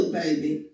baby